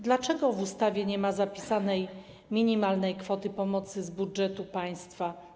Dlaczego w ustawie nie ma zapisanej minimalnej kwoty pomocy z budżetu państwa?